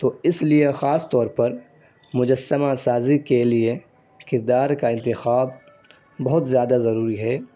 تو اس لیے خاص طور پر مجسمہ سازی کے لیے کردار کا انتخاب بہت زیادہ ضروری ہے